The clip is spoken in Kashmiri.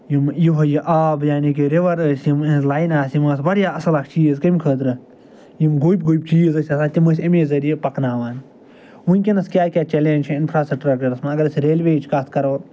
یِم یِہوٚے یہ آب یعنی کہِ رِوَر أسۍ یِم یِہٕنٛز لاینہٕ آسہٕ یِم آسہٕ واریاہ اصٕل اَکھ چیٖز کَمہِ خٲطرٕ یِم گوٚبۍ گوٚبۍ چیٖز أسۍ آسان تِم أسۍ اَمے ذریعہ پکناوان وٕنۍکٮ۪نَس کیٛاہ کیٛاہ چٮ۪لینٛج چھِ اِنفرٛاسٹرٛکچَرَس منٛز اگر أسۍ ریلوییِچ کتھ کرو